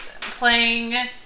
playing